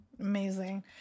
Amazing